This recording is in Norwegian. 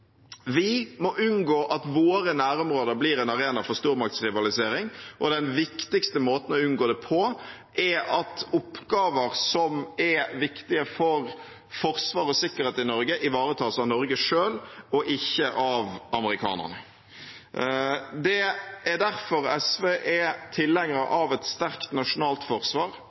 Vi må unngå at våre nærområder blir en arena for stormaktsrivalisering. Den viktigste måten å unngå det på, er at oppgaver som er viktige for forsvar og sikkerhet i Norge, ivaretas av Norge selv og ikke av amerikanerne. Det er derfor SV er tilhenger av et sterkt nasjonalt forsvar